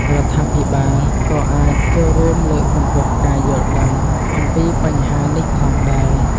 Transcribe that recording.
រដ្ឋាភិបាលក៏អាចចូលរួមលើកកម្ពស់ការយល់ដឹងអំពីបញ្ហានេះផងដែរ។